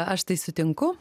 aš tai sutinku